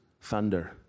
thunder